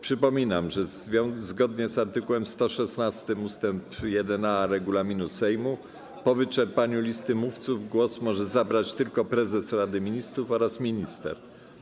Przypominam, że zgodnie z art. 116 ust. 1a regulaminu Sejmu po wyczerpaniu listy mówców głos może zabrać tylko prezes Rady Ministrów oraz minister.